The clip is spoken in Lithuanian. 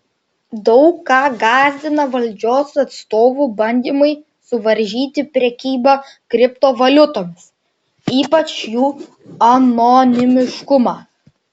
daug ką gąsdina valdžios atstovų bandymai suvaržyti prekybą kriptovaliutomis ypač jų anonimiškumą